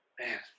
man